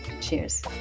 Cheers